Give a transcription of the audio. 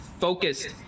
focused